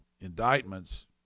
indictments